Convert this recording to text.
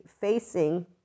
facing